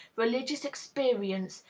religious experience,